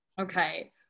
Okay